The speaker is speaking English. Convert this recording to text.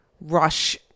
rush